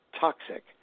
toxic